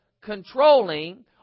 controlling